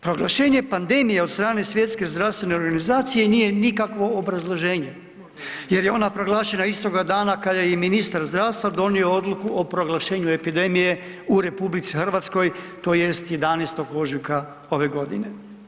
Proglašenje pandemije od strane Svjetske zdravstvene organizacije nije nikakvo obrazloženje jer je ona proglašena istoga dana kada je i ministar zdravstva donio odluku o proglašenju epidemije u RH tj. 11.ožujka ove godine.